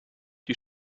die